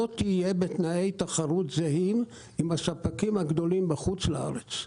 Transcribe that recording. לא תהיה בתנאי תחרות זהים עם הספקים הגדולים בחוץ לארץ,